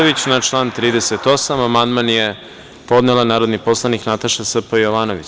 Na član 38. amandman je podnela narodni poslanik Nataša Sp, Jovanović.